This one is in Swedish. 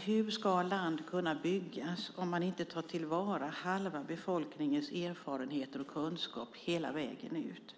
Hur ska land kunna byggas om halva befolkningens erfarenheter och kunskap inte tas till vara hela vägen ut?